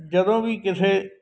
ਜਦੋਂ ਵੀ ਕਿਸੇ